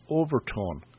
overtone